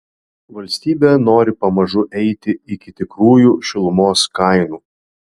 valstybė nori pamažu eiti iki tikrųjų šilumos kainų